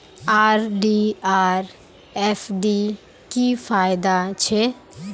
RD आर FD की फ़ायदा छे?